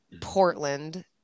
portland